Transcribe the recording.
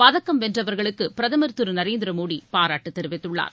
பதக்கம் வென்றவர்களுக்கு பிரதமர் திரு நரேந்திர மோடி பாராட்டு தெரிவித்துள்ளார்